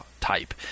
type